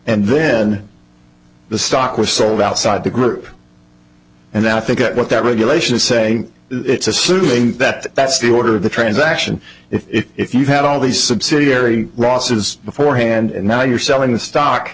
and then the stock was sold outside the group and i think that what that regulation is say it's assuming that that's the order of the transaction if you had all these subsidiary losses beforehand and now you're selling the stock